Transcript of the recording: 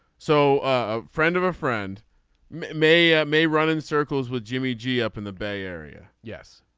so a friend of a friend may ah may run in circles with jimmy g up in the bay area. yes.